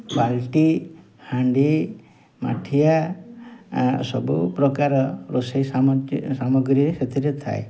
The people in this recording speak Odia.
ବାଲ୍ଟି ହାଣ୍ଡି ମାଠିଆ ସବୁ ପ୍ରକାର ରୋଷେଇ ସାମଗ୍ରୀ ସାମଗ୍ରୀରେ ସେଥିରେ ଥାଏ